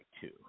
two